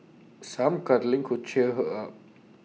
some cuddling could cheer her up